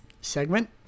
segment